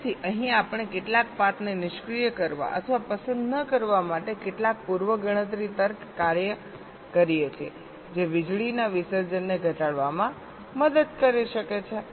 તેથી અહીં આપણે કેટલાક પાથને નિષ્ક્રિય કરવા અથવા પસંદ ન કરવા માટે કેટલાક પૂર્વ ગણતરી તર્ક કાર્ય કરીએ છીએ જે વીજળીના વિસર્જનને ઘટાડવામાં મદદ કરી શકે છે